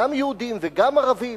גם יהודים וגם ערבים.